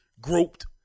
groped